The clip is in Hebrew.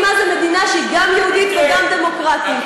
מה זה מדינה שהיא גם יהודית וגם דמוקרטית.